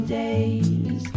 days